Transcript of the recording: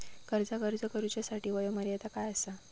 कर्जाक अर्ज करुच्यासाठी वयोमर्यादा काय आसा?